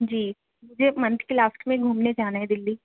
جی مجھے منتھ کے لاسٹ میں گُھومنے جانا ہے دلّی